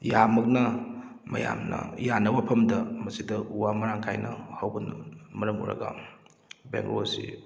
ꯌꯥꯝꯃꯛꯅ ꯃꯌꯥꯝꯅ ꯌꯥꯅꯕ ꯋꯥꯐꯝꯗ ꯃꯁꯤꯗ ꯋꯥ ꯃꯔꯥꯡ ꯀꯥꯏꯅ ꯍꯧꯕꯅ ꯃꯔꯝ ꯑꯣꯏꯔꯒ ꯕꯦꯡꯒꯂꯣꯔ ꯑꯁꯤ